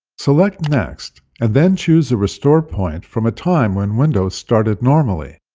select next, and then choose a restore point from a time when windows started normally.